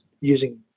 using